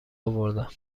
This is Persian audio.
اوردم